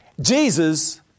Jesus